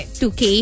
2k